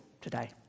today